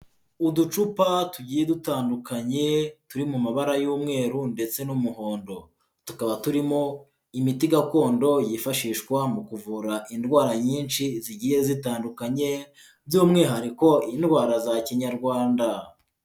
Uducupa tugiye dutandukanye turi mu mabara y'umweru ndetse n'umuhondo, tukaba turimo imiti gakondo yifashishwa mu kuvura indwara nyinshi zigiye zitandukanye, by'umwihariko indwara za kinyarwanda.